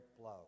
blow